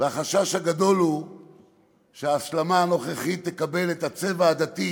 החשש הגדול הוא שההסלמה הנוכחית תקבל את הצבע הדתי,